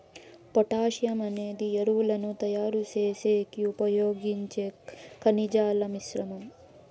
potassium అనేది ఎరువులను తయారు చేసేకి ఉపయోగించే ఖనిజాల మిశ్రమం